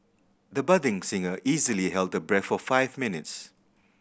the budding singer easily held her breath for five minutes